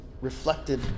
reflected